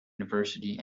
university